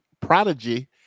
Prodigy